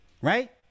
Right